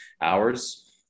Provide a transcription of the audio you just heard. hours